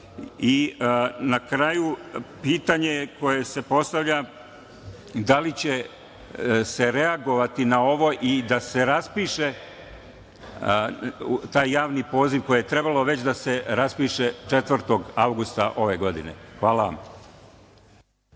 kraju, pitanje koje se postavlja – da li će se reagovati na ovo i da se raspiše taj javni poziv koji je trebao već da se raspiše 4. avgusta ove godine? Hvala.